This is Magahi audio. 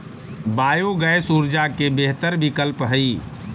बायोगैस ऊर्जा के बेहतर विकल्प हई